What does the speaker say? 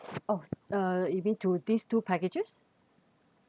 oh uh you mean two these two packages